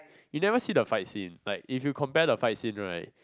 you never see the fight scene like if you compare the fight scene right